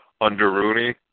under-rooney